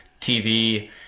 TV